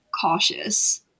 cautious